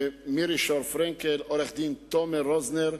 מירי פרנקל-שור, עורך-דין תומר רוזנר,